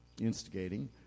instigating